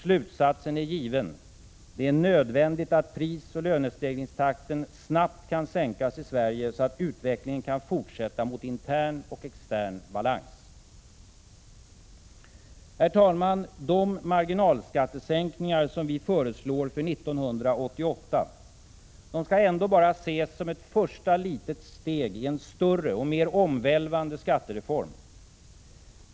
Slutsatsen är given; det är nödvändigt att prisoch lönestegringstakten snabbt kan sänkas i Sverige så att utvecklingen kan fortsätta mot intern och extern balans.” Herr talman! De marginalskattesänkningar som vi föreslår för 1988 skall ändå bara ses som ett första litet steg i en större och mer omvälvande skattereform.